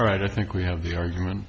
right i think we have the argument